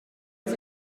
was